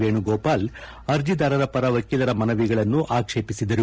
ವೇಣುಗೋಪಾಲ್ ಅರ್ಜಿದಾರರ ಪರ ವಕೀಲರ ಮನವಿಗಳನ್ನು ಆಕ್ಷೇಪಿಸಿದರು